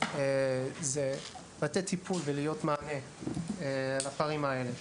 זה לתת טיפול ולהיות מענה לפערים האלה.